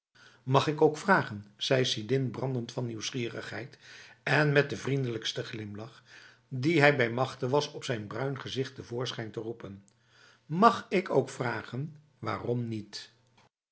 mag ik ook vragen zei sidin brandend van nieuwsgierigheid en met de vriendelijkste glimlach die hij bij machte was op zijn bruin gezicht te voorschijn te roepen mag ik ook vragen waarom niet